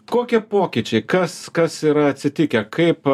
kokie pokyčiai kas kas yra atsitikę kaip